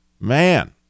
man